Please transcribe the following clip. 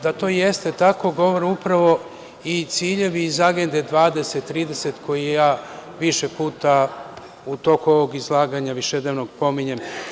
Da to jeste tako govore upravo ciljevi iz Agende 2030 UN, koju više puta u toku ovog izlaganja višednevno pominjem.